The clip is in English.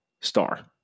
star